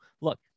look